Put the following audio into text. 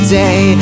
day